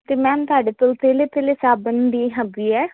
ਤੇ ਮੈਮ ਤੁਹਾਡੇ ਤੋਂ ਪਹਿਲੇ ਪਹਿਲੇ ਸਾਬਣ ਦੀ ਹਬੀ ਹ